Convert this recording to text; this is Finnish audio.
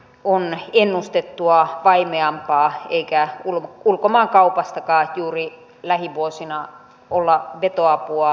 kun ennustettua vaimeampaa ilkeä kun ulkomaankaupasta tai juuri lähivuosina olla vittu apua